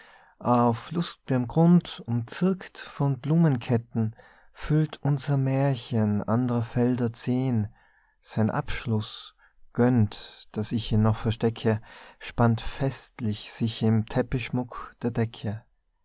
auf lust'gem grund umzirkt von blumenketten füllt unser mährchen andrer felder zehn sein abschluß gönnt daß ich ihn noch verstecke spannt festlich sich im teppichschmuck der decke